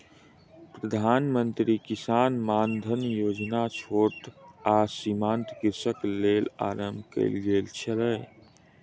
प्रधान मंत्री किसान मानधन योजना छोट आ सीमांत कृषकक लेल आरम्भ कयल गेल छल